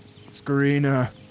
Scarina